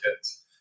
kids